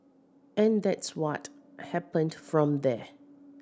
and that's what happened from there